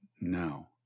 now